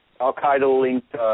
al-Qaeda-linked